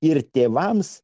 ir tėvams